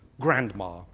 Grandma